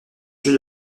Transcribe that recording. jeu